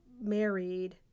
married